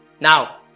Now